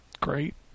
great